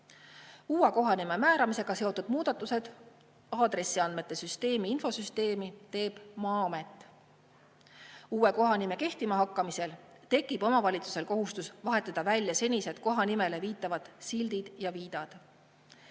Uue kohanime määramisega seotud muudatused aadressiandmete infosüsteemi teeb Maa-amet. Uue kohanime kehtima hakkamisel tekib omavalitsusel kohustus vahetada välja senised kohanimele viitavad sildid ja viidad.